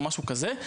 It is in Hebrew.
או משהו כזה,